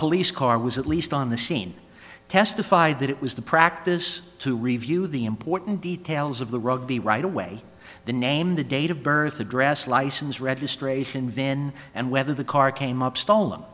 police car was at least on the scene testified that it was the practice to review the important details of the rugby right away the name the date of birth address license registration vin and whether the car came up stolen